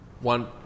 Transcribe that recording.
one